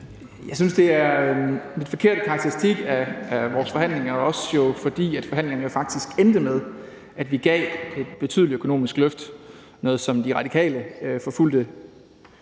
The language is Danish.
Jeg synes, det er en lidt forkert karakteristik af vores forhandlinger, jo også, fordi forhandlingerne faktisk endte med, at vi gav et betydeligt økonomisk løft til pædagog-